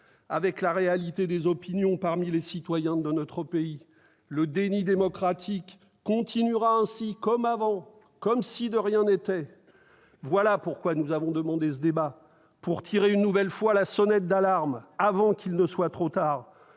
avec la réalité des opinions parmi les citoyens de notre pays. Le déni démocratique continuera ainsi comme avant, comme si de rien n'était. Voilà pourquoi nous avons demandé ce débat, pour tirer une nouvelle fois la sonnette d'alarme, avant qu'il ne soit trop tard.